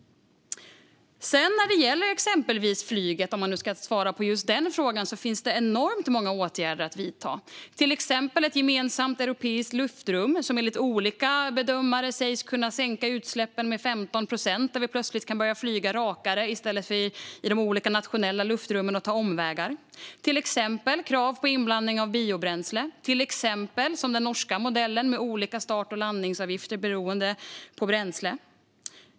När det gäller exempelvis flyget, om man nu ska svara på just den frågan, finns det enormt många åtgärder att vidta. Till exempel finns ett gemensamt europeiskt luftrum, som enligt olika bedömare sägs kunna sänka utsläppen med 15 procent när vi plötsligt kan börja flyga rakare i stället för att ta omvägar i de olika nationella luftrummen, det finns krav på inblandning av biobränsle och det finns den norska modellen med olika start och landningsavgifter beroende på bränsle.